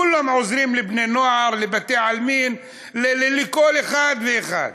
כולם עוזרים לבני-נוער, לבתי-עלמין, לכל אחד ואחד.